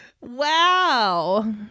Wow